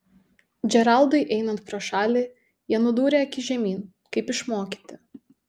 džeraldui einant pro šalį jie nudūrė akis žemyn kaip išmokyti